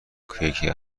کیک